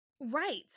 Right